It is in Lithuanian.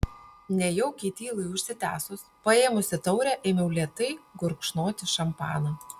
nejaukiai tylai užsitęsus paėmusi taurę ėmiau lėtai gurkšnoti šampaną